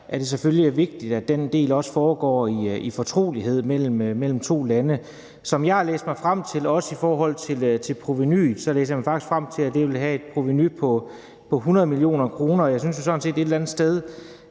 er det selvfølgelig vigtigt, at den del også foregår i fortrolighed mellem to lande. Som jeg har læst mig frem til, også i forhold til provenuet, vil det have et provenu på 100 mio. kr. Jeg synes jo et eller andet sted,